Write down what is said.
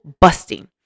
busting